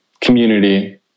community